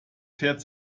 fährt